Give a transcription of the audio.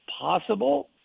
possible